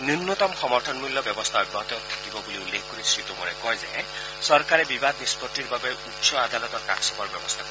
ন্যনতম সমৰ্থন মূল্য ব্যৱস্থা অব্যাহত থাকিব বুলি উল্লেখ কৰি শ্ৰী টোমৰে কয় যে চৰকাৰে বিবাদ নিষ্পণ্ডিৰ বাবে উচ্চ আদালতৰ কাষ চপাৰ ব্যৱস্থা কৰিব